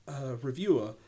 reviewer